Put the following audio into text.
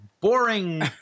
boring